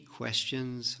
questions